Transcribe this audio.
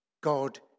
God